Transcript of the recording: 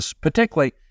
particularly